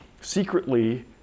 secretly